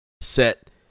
set